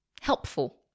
helpful